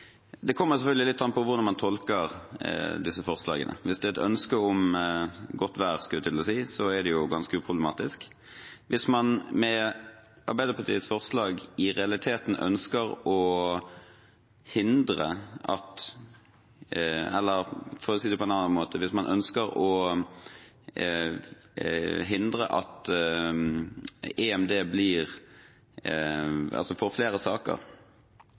Det kommer selvfølgelig litt an på hvordan man tolker disse forslagene. Hvis det er et ønske om godt vær, skulle jeg til å si, er det ganske uproblematisk. Hvis man med Arbeiderpartiets forslag i realiteten ønsker at EMD skal få flere saker, at man ønsker at det nærmest skal bli en